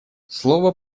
слово